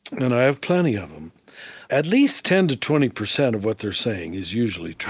and i have plenty of them at least ten to twenty percent of what they're saying is usually true